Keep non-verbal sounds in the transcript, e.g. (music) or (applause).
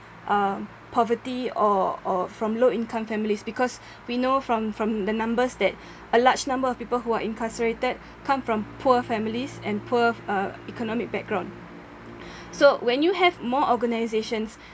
um poverty or or from low income families because (breath) we know from from the numbers that a large number of people who are incarcerated (breath) come from poor families and poor uh economic background (breath) so when you have more organisations